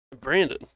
Brandon